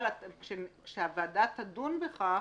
אבל כשהוועדה תדון בכך,